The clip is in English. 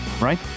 Right